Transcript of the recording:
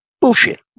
Bullshit